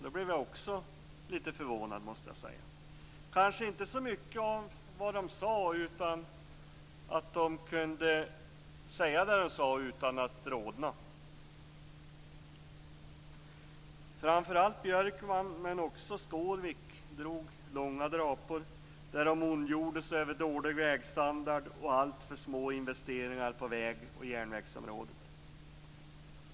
Då blev jag också lite förvånad måste jag säga - kanske inte så mycket över vad de sade som över att de kunde säga det utan att rodna. Framför allt Björkman, men också Skårvik, drog långa drapor där de ondgjorde sig över dålig vägstandard och alltför små investeringar på väg och järnvägsområdet.